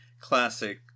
classic